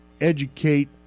educate